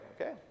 okay